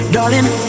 Darling